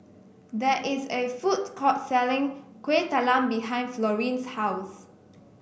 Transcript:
there is a food court selling Kueh Talam behind Florene's house